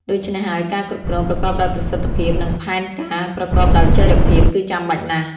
ដូច្នេះហើយ ការគ្រប់គ្រង ប្រកបដោយប្រសិទ្ធភាព និង ផែនការប្រកបដោយចីរភាព គឺចាំបាច់ណាស់។